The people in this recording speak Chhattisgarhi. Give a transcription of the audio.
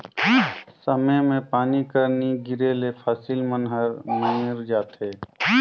समे मे पानी कर नी गिरे ले फसिल मन हर मइर जाथे